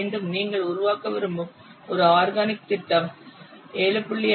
மீண்டும் நீங்கள் உருவாக்க விரும்பும் ஒரு ஆர்கானிக் திட்டம் 7